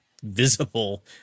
visible